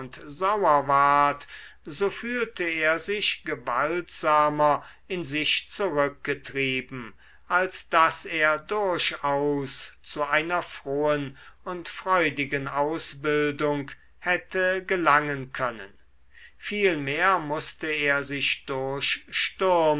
ward so fühlte er sich gewaltsamer in sich zurückgetrieben als daß er durchaus zu einer frohen und freudigen ausbildung hätte gelangen können vielmehr mußte er sich durchstürmen